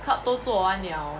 club 都做完 liao